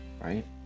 right